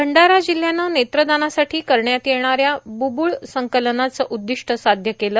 भंडारा जिल्ह्यानं नेत्रदानासाठी करण्यात येणाऱ्या बुबुळ संकलनाचं उद्दिष्ट साध्य केलं